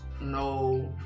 no